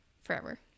Forever